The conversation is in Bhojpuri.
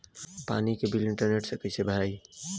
पानी के बिल इंटरनेट से कइसे भराई?